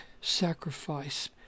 sacrifice